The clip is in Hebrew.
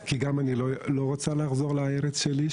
כי גם אני לא רוצה לחזור לארץ שלי,